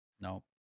No